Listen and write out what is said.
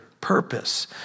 purpose